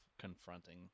confronting